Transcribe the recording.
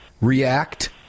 react